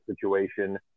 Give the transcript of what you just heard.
situation